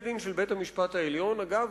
אגב,